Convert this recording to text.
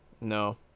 No